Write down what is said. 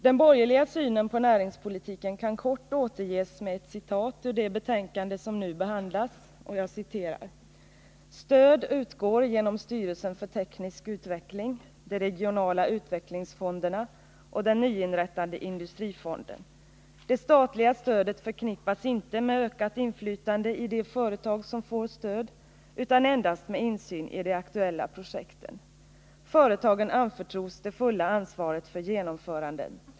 Den borgerliga synen på näringspolitiken kan kort återges med ett citat ur det betänkande som nu behandlas: ”Stöd utgår genom styrelsen för teknisk utveckling, de regionala utvecklingsfonderna och den nyinrättade Industrifonden. Det statliga stödet förknippas inte med ökat inflytande i de företag som får stöd utan endast med insyn i de aktuella projekten. Företagen anförtros det fulla ansvaret för genomförandet.